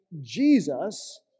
Jesus